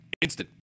Instant